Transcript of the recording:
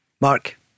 Mark